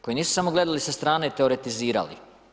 Koji nisu samo gledali sa strane i teoretizirali.